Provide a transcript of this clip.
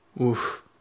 Oof